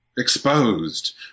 exposed